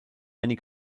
many